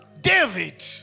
David